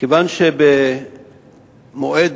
כיוון שבמועד